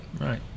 Right